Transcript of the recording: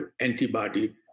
antibody